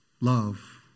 Love